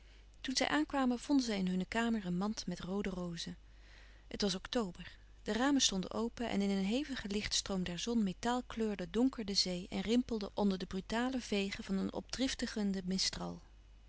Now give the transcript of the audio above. toen zij aankwamen vonden zij in hunne kamer een mand met roode rozen het was oktober de ramen stonden open en in een hevigen lichtstroom der zon metaalkleurde donker de zee en rimpelde onder de brutale vegen van een opdriftigenden